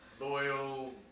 loyal